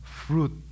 fruit